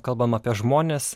kalbam apie žmones